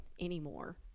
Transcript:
anymore